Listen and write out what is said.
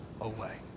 away